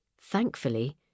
Thankfully